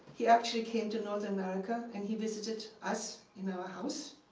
he actually came to north america, and he visited us in our house.